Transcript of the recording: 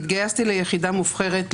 התגייסתי ליחידה מובחרת,